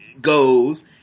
goes